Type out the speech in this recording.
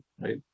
right